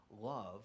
love